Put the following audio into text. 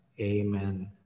Amen